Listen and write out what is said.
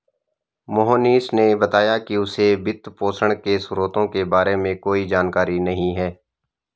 मोहनीश ने बताया कि उसे वित्तपोषण के स्रोतों के बारे में कोई जानकारी नही है